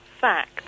Fact